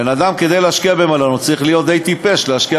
בן-אדם צריך להיות די טיפש להשקיע